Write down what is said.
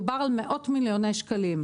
מדובר על מאות מיליוני שקלים.